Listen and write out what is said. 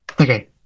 Okay